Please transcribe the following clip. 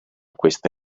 questa